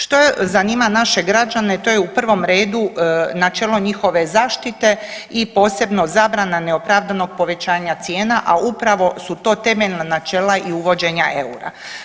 Što je zanima naše građane, to je u prvom redu načelo njihove zaštite i posebno, zabrana neopravdanog povećanja cijena, a upravo su to temeljna načela i uvođenja eura.